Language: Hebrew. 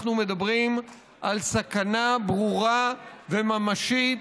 אנחנו מדברים על סכנה ברורה וממשית,